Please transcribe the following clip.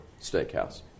Steakhouse